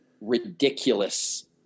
ridiculous